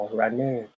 runner